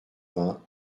vingts